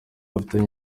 bifitanye